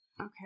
Okay